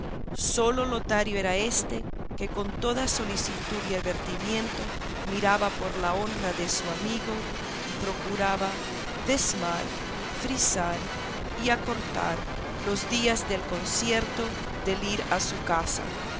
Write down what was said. sólo lotario era éste que con toda solicitud y advertimiento miraba por la honra de su amigo y procuraba dezmar frisar y acortar los días del concierto del ir a su casa